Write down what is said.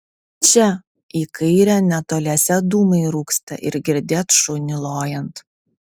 čia į kairę netoliese dūmai rūksta ir girdėt šunį lojant